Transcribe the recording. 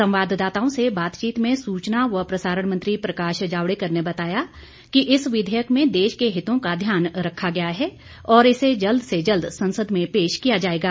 संवाददाताओं से बातचीत में सूचना और प्रसारण मंत्री प्रकाश जावड़ेकर ने बताया कि इस विधेयक में देश के हितों का ध्यान रखा गया है और इसे जल्द से जल्द संसद में पेश किया जाएगा